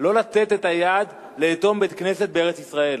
לא לתת את היד לאטום בית-כנסת בארץ-ישראל.